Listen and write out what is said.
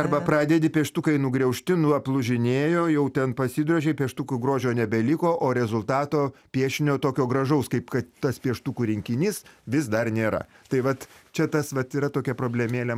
arba pradedi pieštukai nugriaužti nu aplūžinėjo jau ten pasidrožei pieštukų grožio nebeliko o rezultato piešinio tokio gražaus kaip kad tas pieštukų rinkinys vis dar nėra tai vat čia tas vat yra tokia problemėlė